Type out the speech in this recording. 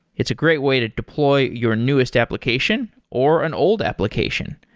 it's a great way to deploy your newest application or an old application.